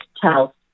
tell